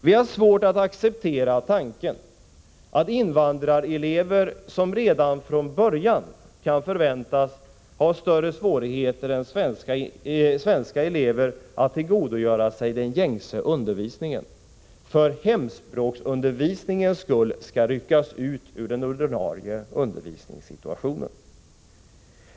Vi har svårt att acceptera tanken att invandrarelever, som redan från början kan förväntas ha större svårigheter än svenska elever att tillgodogöra sig den gängse undervisningen, för hemspråksundervisningens skull skall ryckas ut ur den ordinarie undervisningen.